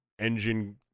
engine